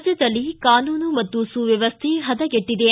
ರಾಜ್ಯದಲ್ಲಿ ಕಾನೂನು ಮತ್ತು ಸುವ್ಧವಸ್ಥೆ ಹದಗೆಟ್ಟದೆ